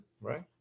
right